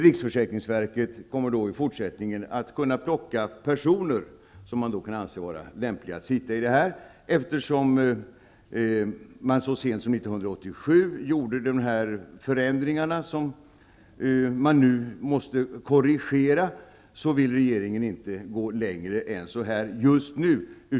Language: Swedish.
Riksförsäkringsverket kommer i fortsättningen att kunna plocka personer som man kan anse vara lämpliga för det här. Eftersom man så sent som 1987 gjorde de förändringar som man nu måste korrigera, vill regeringen inte gå längre än så här just nu.